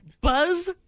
Buzz